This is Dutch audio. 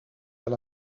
wel